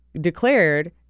declared